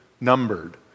numbered